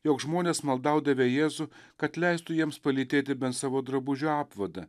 jog žmonės maldaudavę jėzų kad leistų jiems palytėti bent savo drabužio apvadą